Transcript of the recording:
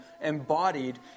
embodied